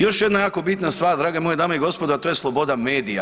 Još jedna jako bitna stvar drage moje dame i gospodo, a to je sloboda medija.